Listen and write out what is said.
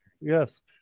Yes